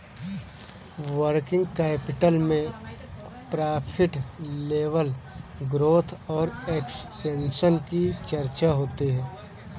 working capital में profit level growth और expansion की चर्चा होती है